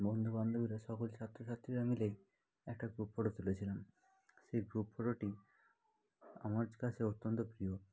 বন্ধুবান্ধবীরা সকল ছাত্রছাত্রীরা মিলে একটা গ্রুপ ফটো তুলেছিলাম সেই গ্রুপ ফটোটি আমার কাছে অত্যন্ত প্রিয়